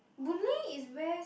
Boon-Lay is where